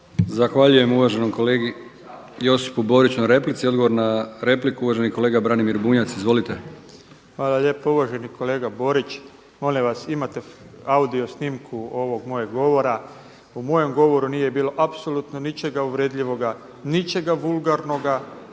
Zahvaljujem uvaženom kolegi Josipu Boriću na replici. Odgovor na repliku uvaženi kolega Branimir Bunjac. Izvolite. **Bunjac, Branimir (Živi zid)** Hvala lijepa. Uvaženi kolega Borić, molim vas imate audio snimku ovog mojeg govora. U mojem govoru nije bilo apsolutno ničega uvredljivoga, ničega vulgarnoga